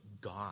God